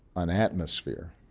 an atmosphere